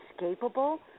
inescapable